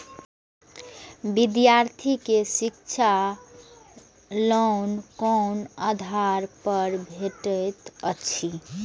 विधार्थी के शिक्षा लोन कोन आधार पर भेटेत अछि?